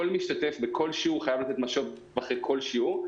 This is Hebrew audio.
כל משתתף בכל שיעור חייב לתת משוב אחרי כל שיעור.